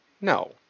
No